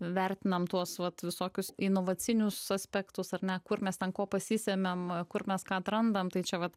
vertinam tuos vat visokius inovacinius aspektus ar ne kur mes ten ko pasisemiam kur mes ką atrandam tai čia vat